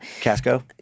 Casco